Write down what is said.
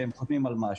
שהם כותבים על משהו.